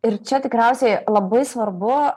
ir čia tikriausiai labai svarbu